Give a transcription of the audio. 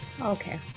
Okay